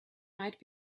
might